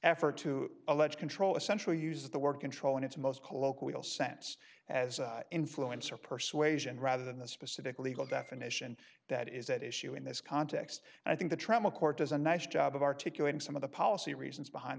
effort to allege control essentially use the word control in its most colloquial sense as influence or persuasion rather than the specific legal definition that is at issue in this context and i think the trauma court has a nice job of articulating some of the policy reasons behind